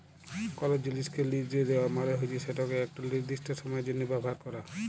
call জিলিসকে লিসে দেওয়া মালে হচ্যে সেটকে একট লিরদিস্ট সময়ের জ্যনহ ব্যাভার ক্যরা